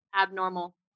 Abnormal